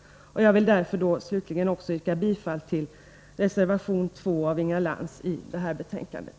Jag vill slutligen yrka bifall till Inga Lantz reservation 2 i betänkandet.